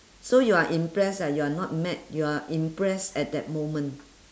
so you are impressed eh you're not mad you are impressed at that moment